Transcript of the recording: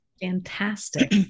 Fantastic